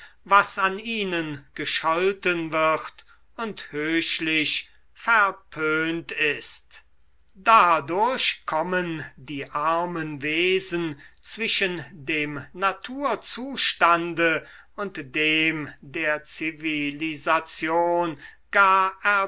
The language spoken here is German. was an ihnen gescholten wird und höchlich verpönt ist dadurch kommen die armen wesen zwischen dem naturzustande und dem der zivilisation gar